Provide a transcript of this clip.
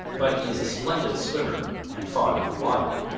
but he is a splendid swimmer and fond of the water.